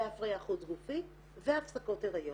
הפריה חוץ גופית והפסקות הריון.